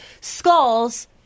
skulls